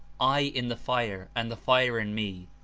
i in the fire, and the fire in me,